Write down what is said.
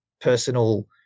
personal